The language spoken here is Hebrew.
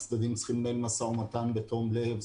הצדדים צריכים לנהל משא ומתן בתום לב,